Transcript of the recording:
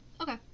Okay